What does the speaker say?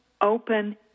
open